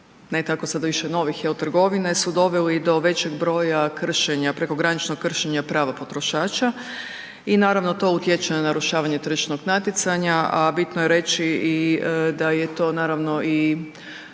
ne tako sada više novih, je li, trgovine su doveli do većeg broja kršenja, prekograničnog kršenja prava potrošača i naravno to utječe na narušavanje tržišnog natjecanja. A bitno je reći i da je to naravno i